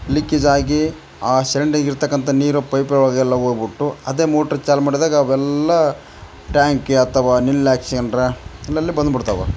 leakage ಆಗೀ ಆ ಚರಂಡಿಗೆ ಇರ್ತಕಂಥ ನೀರು ಪೈಪ್ ಒಳಗೆಲ್ಲ ಹೋಗ್ಬುಟ್ಟು ಅದೆ ಮೋಟ್ರ್ ಚಾಲು ಮಾಡ್ದಾಗ ಅವೆಲ್ಲಾ ಟ್ಯಾಂಕಿ ಅಥವ ನಲ್ಲಿ ಹಾಕಿಸ್ಕೊಂಡ್ರ ಇಲ್ಲೆಲ್ಲ ಬಂದು ಬಿಡ್ತಾವ